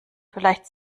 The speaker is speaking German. vielleicht